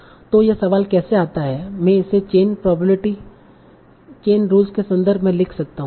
तों यह सवाल कैसे आता है मैं इसे चेन प्रोबेबिलिटी चेन रुल्स के संदर्भ में लिख सकता हूं